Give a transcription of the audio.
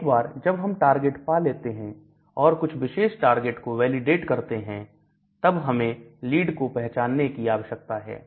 एक बार जब हम टारगेट पा लेते हैं और कुछ विशेष टारगेट को वैलिडेट कर लेते हैं तब हमें लीड को पहचानने की आवश्यकता है